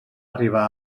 arribar